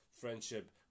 friendship